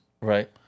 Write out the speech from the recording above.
right